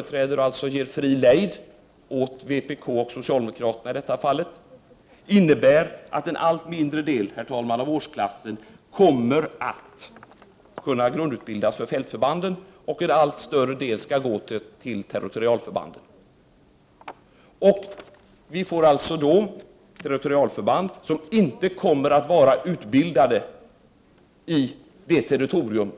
1989/90:46 företräder när man ger fri lejd åt i detta fall vpk och socialdemokraterna, att 14 december 1989 en allt mindre del av årsklassen kommer att grundutbildas för fätföbaanFden ZH och att en allt större del skall gå till territorialförbanden. Vi får då alltså territorialförband som inte kommer att vara utbildade